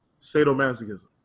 sadomasochism